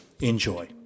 Enjoy